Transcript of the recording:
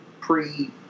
pre-